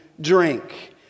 drink